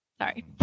Sorry